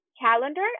calendar